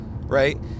right